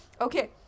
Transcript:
Okay